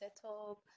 setup